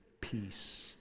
peace